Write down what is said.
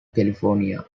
california